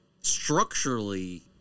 structurally